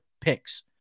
picks